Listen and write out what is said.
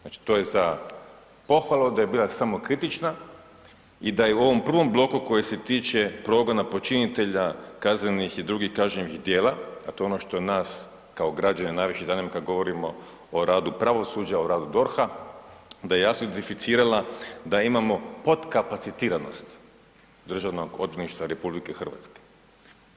Znači to je za pohvalu da je bila samokritična i da je u ovom prvom bloku koji se tiče progona počinitelja kaznenih i drugih kažnjivih djela, a to je ono što nas kao građane najviše zanima kada govorimo o radu pravosuđa o radu DORH-a, da je jasno identificirala da imamo podkapacitiranost DORH-a.